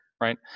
Right